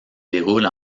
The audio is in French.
déroule